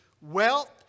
wealth